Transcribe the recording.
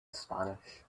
spanish